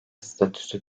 statüsü